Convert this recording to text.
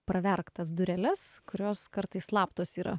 praverk tas dureles kurios kartais slaptos yra